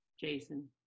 Jason